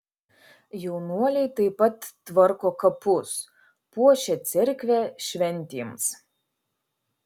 jaunuoliai taip pat tvarko kapus puošia cerkvę šventėms